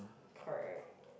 correct